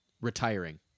retiring